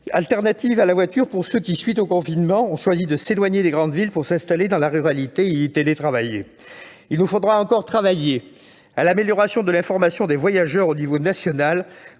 alternative à la voiture pour ceux qui, à la suite du confinement, ont choisi de s'éloigner des grandes villes pour s'installer dans la ruralité et y télétravailler. Il nous faudra également faire en sorte d'améliorer l'information des voyageurs au niveau national